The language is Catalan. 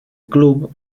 club